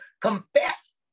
confess